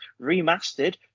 remastered